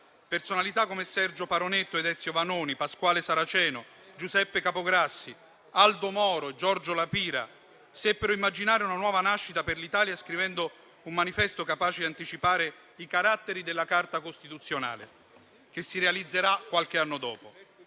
personalità come Sergio Paronetto, Ezio Vanoni, Pasquale Saraceno, Giuseppe Capograssi, Aldo Moro e Giorgio La Pira seppero immaginare una nuova nascita per l'Italia scrivendo un manifesto capace di anticipare i caratteri della Carta costituzionale che si realizzerà qualche anno dopo.